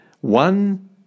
One